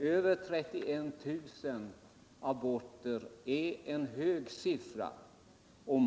Över 31 000 aborter om året är en mycket hög siffra.